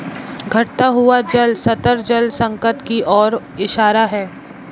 घटता हुआ जल स्तर जल संकट की ओर इशारा है